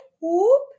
whoop